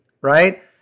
right